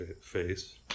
face